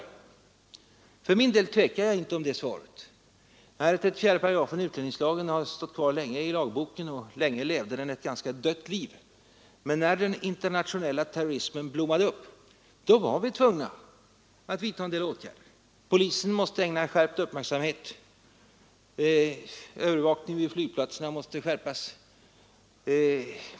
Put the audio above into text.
För min del tvekar jag inte om svaret. 34 § utlänningslagen har stått kvar länge i lagboken, och länge levde den ett ganska dött liv. Men när den internationella terrorismen blommade upp, då var vi tvungna att vidta en del åtgärder. Polisen måste ägna skärpt uppmärksamhet åt detta, och bl.a. måste övervakningen vid flygplatserna skärpas.